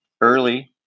early